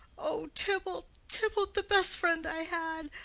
o tybalt, tybalt, the best friend i had!